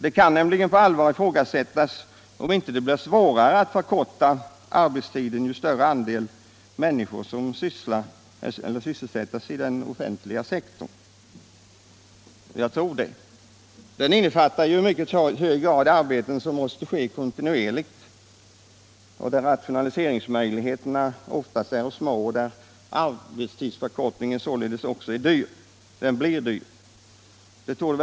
Det kan nämligen ifrågasättas om det inte blir svårare att förkorta arbetstiden ju större andel av de sysselsatta som finns i den offentliga sektorn. Jag tror att det är så. Den sektorn innefattar nämligen i mycket hög grad sådana arbeten som måste utföras kontinuerligt, och eftersom rationaliseringsmöjligheterna ofta är mycket små i den sektorn måste arbetstidsförkortningen också bli mycket dyr.